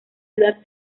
ciudad